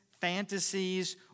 fantasies